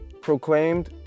proclaimed